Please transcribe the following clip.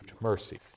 mercy